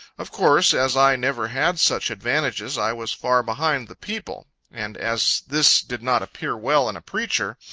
of course, as i never had such advantages, i was far behind the people and as this did not appear well in a preacher,